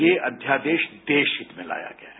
यें अध्यादेश देश हित में लाया गया है